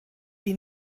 wie